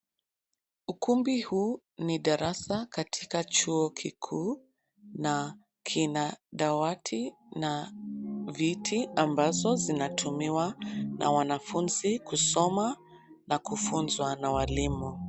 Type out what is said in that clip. Ukumbi huu ni darasa katika chuo kikuu, na kina dawati na viti ambazo zinatumiwa na wanafunzi kusoma na kufunzwa na walimu.